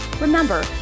Remember